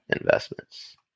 investments